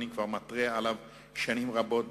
אני כבר מתרה על כך שנים רבות.